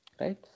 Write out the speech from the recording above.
Right